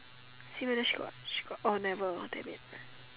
see whether she got got orh never damn it